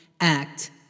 act